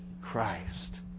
Christ